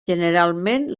generalment